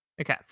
Okay